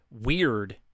Weird